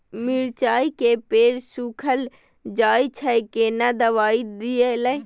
मिर्चाय के पेड़ सुखल जाय छै केना दवाई दियै?